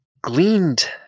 gleaned